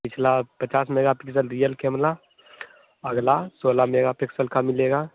पिछला पचास megapixel real camera अगला सोलह मेगा पिक्सल का मिलेगा